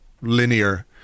linear